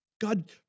God